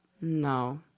no